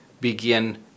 begin